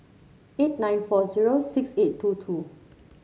eight nine four zero six eight two two